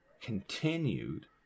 continued